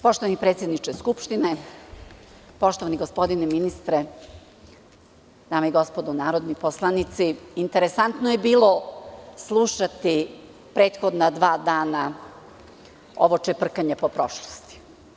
Poštovani predsedniče Skupštine, poštovani gospodine ministre, dame i gospodo narodni poslanici, interesantno je bilo slušati prethodna dva dana ovo čeprkanje po prošlosti.